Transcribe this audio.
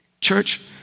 Church